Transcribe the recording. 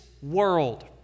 world